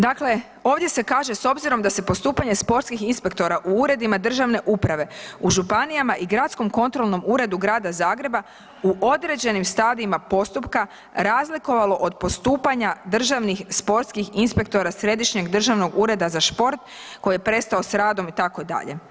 Dakle, ovdje se kaže s obzirom da se postupanje sportskih inspektora u uredima državne uprave u županijama i Gradskom kontrolom uredu Grada Zagreba u određenim stadijima postupka razlikovalo od postupanja državnih sportskih inspektora Središnjeg državnog ureda za sport koji je prestao s radom itd.